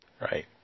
Right